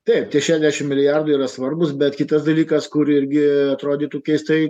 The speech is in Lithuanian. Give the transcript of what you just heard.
taip tie šešiasdešimt milijardų yra svarbūs bet kitas dalykas kuri irgi atrodytų keistai